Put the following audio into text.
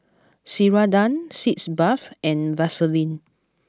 Ceradan Sitz Bath and Vaselin